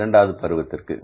இரண்டாவது பருவத்திற்கு